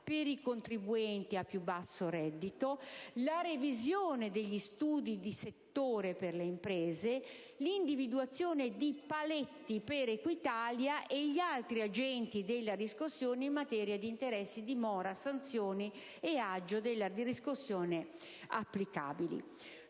per i contribuenti a più basso reddito; la revisione degli studi di settore per le imprese; l'individuazione di paletti per Equitalia e gli altri agenti della riscossione in materia di interessi di mora, di sanzioni e di aggio della riscossione applicabili.